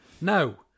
Now